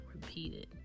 repeated